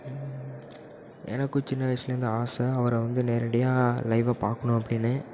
எனக்கும் சின்ன வயதுலேருந்து ஆசை அவரை வந்து நேரடியாக லைவ்வாக பார்க்குணும் அப்படினு